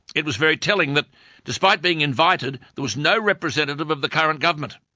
it was very telling that despite being invited, there was no representative of the current government.